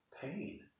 pain